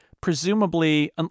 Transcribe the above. presumably